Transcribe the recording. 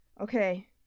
Okay